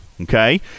okay